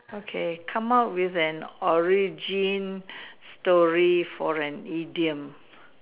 okay come out with an origin story for an idiom